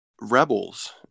rebels